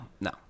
no